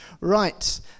right